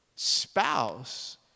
spouse